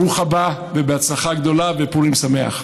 ברוך הבא והצלחה גדולה ופורים שמח.